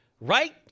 right